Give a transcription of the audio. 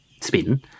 spin